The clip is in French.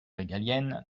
régalienne